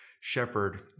shepherd